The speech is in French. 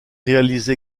réalise